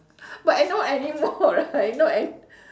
but I not anymore right not an~